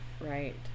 right